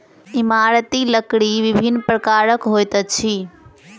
इमारती लकड़ी विभिन्न प्रकारक होइत अछि